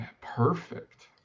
Perfect